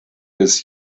bis